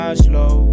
slow